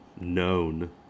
known